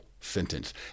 sentence